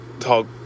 talk